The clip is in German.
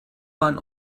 bahn